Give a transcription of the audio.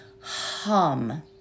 hum